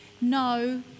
no